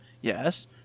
Yes